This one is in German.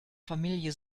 familie